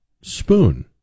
spoon